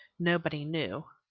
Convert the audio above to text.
nobody knew,